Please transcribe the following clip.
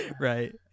Right